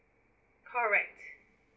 correct